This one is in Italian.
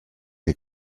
che